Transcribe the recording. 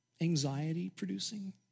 anxiety-producing